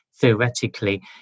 theoretically